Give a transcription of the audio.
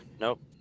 Nope